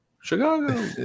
Chicago